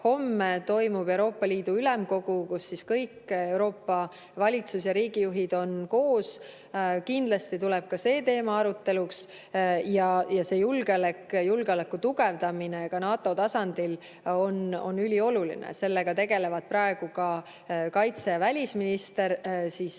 homme toimub Euroopa Liidu Ülemkogu, kus kõik Euroopa valitsus‑ ja riigijuhid on koos. Kindlasti tuleb see teema arutelule. Julgeoleku tugevdamine ka NATO tasandil on ülioluline. Sellega tegelevad praegu ka kaitseminister ja